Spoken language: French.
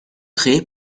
créé